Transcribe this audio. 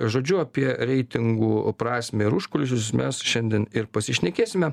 žodžiu apie reitingų prasmę ir užkulisius mes šiandien ir pasišnekėsime